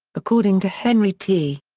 according to henry t.